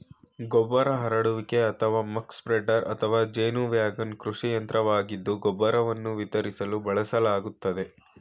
ಗೊಬ್ಬರ ಹರಡುವಿಕೆ ಅಥವಾ ಮಕ್ ಸ್ಪ್ರೆಡರ್ ಅಥವಾ ಜೇನು ವ್ಯಾಗನ್ ಕೃಷಿ ಯಂತ್ರವಾಗಿದ್ದು ಗೊಬ್ಬರವನ್ನು ವಿತರಿಸಲು ಬಳಸಲಾಗ್ತದೆ